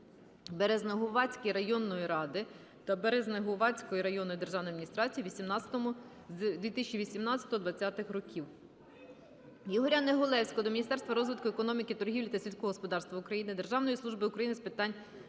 Березнегуватської районної ради та Березнегуватської районної державної адміністрації з 2018-2020 рр. Ігоря Негулевського до Міністерства розвитку економіки, торгівлі та сільського господарства України, Державної служби України з питань геодезії,